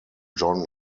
john